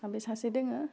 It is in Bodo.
आबै सासे दोङो